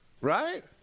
right